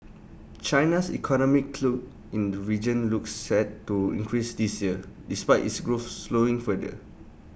China's economic clout in the region looks set to increase this year despite its growth slowing further